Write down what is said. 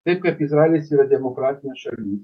taip kaip izraelis yra demokratinė šalis